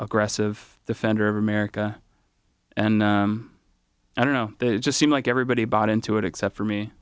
aggressive the founder of america and i don't know it just seems like everybody bought into it except for me